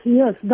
yes